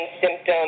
symptoms